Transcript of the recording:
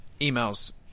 emails